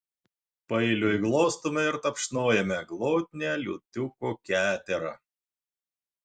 paeiliui glostome ir tapšnojame glotnią liūtuko keterą